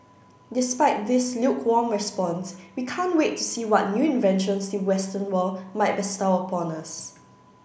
despite this lukewarm response we can't wait to see what new inventions the western world might bestow upon us